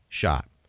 shot